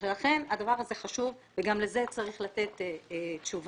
לכן הדבר הזה חשוב וגם לזה צריך לתת תשובה.